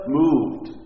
moved